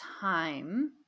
time